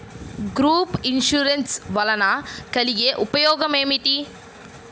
Group insurance వలన కలిగే ఉపయోగమేమిటీ?